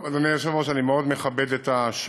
טוב, אדוני היושב-ראש, אני מכבד מאוד את השואלות